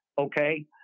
okay